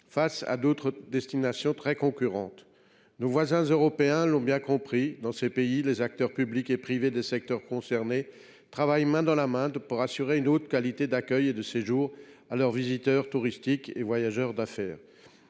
à d’autres destinations concurrentes. Nos voisins européens l’ont bien compris : dans ces pays, les acteurs publics et privés des secteurs concernés travaillent main dans la main pour assurer une haute qualité d’accueil et de séjour à leurs visiteurs, touristes et voyageurs d’affaires.